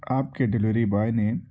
آپ کے delivery boy نے